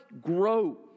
grow